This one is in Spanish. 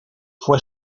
fue